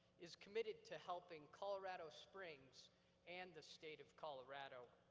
is committed to helping colorado springs and the state of colorado.